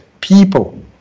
people